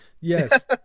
Yes